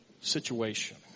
situation